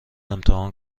امتحان